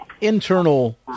internal